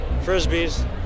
frisbees